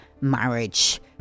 marriage